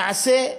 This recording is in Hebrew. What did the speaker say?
למעשה,